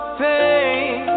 pain